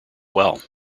well